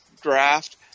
draft